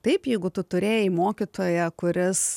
taip jeigu tu turėjai mokytoją kuris